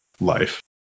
life